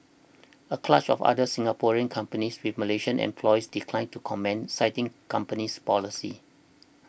a clutch of other Singaporean companies with Malaysian employees declined to comment citing companies policy